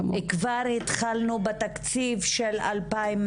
כבר התחלנו בתקציב של 2016,